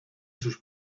sus